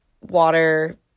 water